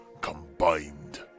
combined